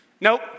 Nope